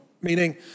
Meaning